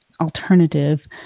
alternative